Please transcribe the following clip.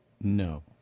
No